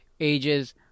Ages